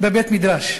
בבית-מדרש.